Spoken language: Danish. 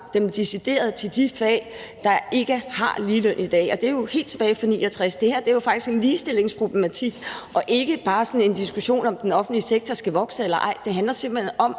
dem decideret til de fag, der ikke har ligeløn i dag. Det her er jo noget, der går helt tilbage til 1969. Det her er jo faktisk en ligestillingsproblematik og ikke bare en diskussion om, om den offentlige sektor skal vokse eller ej. Det handler simpelt hen om,